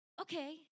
okay